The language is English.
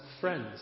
friends